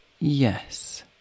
Yes